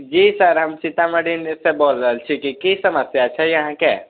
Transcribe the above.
जी sir हम सीतामढ़ी से बोल रहल छी कि समस्या छै अहाँके